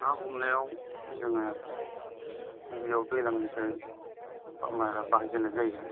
ना हमानायाव जोङो गिबियाव दैज्लांनिफ्राय बाहायजेननाय जायो